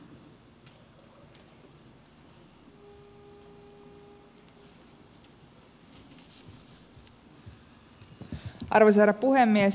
arvoisa herra puhemies